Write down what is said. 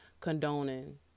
condoning